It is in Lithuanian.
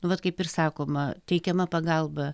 nu vat kaip ir sakoma teikiama pagalba